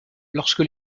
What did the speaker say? lorsque